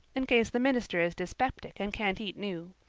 in case the minister is dyspeptic and can't eat new.